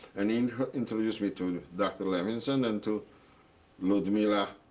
and he introduced me to dr. lewinson and to ludmila.